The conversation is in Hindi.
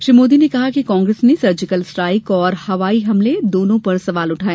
श्री मोदी ने कहा कि कांग्रेस ने सर्जिकल स्ट्राइक और हवाई हमले दोनों पर सवाल उठाए